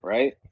Right